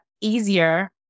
easier